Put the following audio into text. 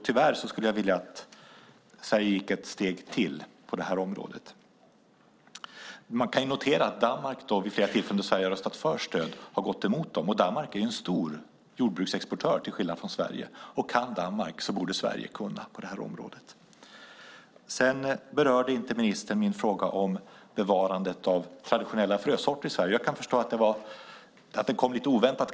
Jag skulle vilja att Sverige tog ytterligare ett steg på det här området. När Sverige har röstat för stöd har Danmark vid flera tillfällen gått emot. Danmark är ju, till skillnad från Sverige, en stor jordbruksexportör. Om Danmark kan borde Sverige kunna. Ministern kommenterade inte min fråga om bevarandet av traditionella frösorter i Sverige. Jag kan förstå att den kom lite oväntat.